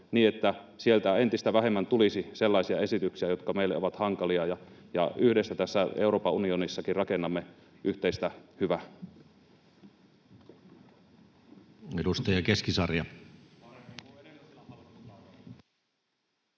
niin, että sieltä entistä vähemmän tulisi sellaisia esityksiä, jotka meille ovat hankalia. Yhdessä rakennamme Euroopan unionissakin yhteistä hyvää. [Speech 7] Speaker: